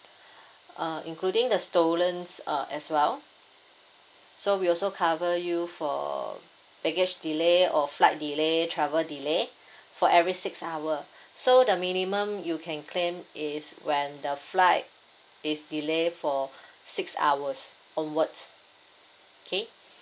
uh including the stolen uh as well so we also cover you for baggage delay or flight delay travel delay for every six hour so the minimum you can claim is when the flight is delay for six hours onwards okay